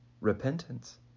repentance